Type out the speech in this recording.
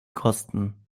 kosten